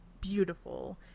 beautiful